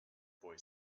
boy